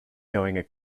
going